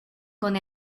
con